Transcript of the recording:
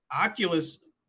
oculus